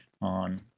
on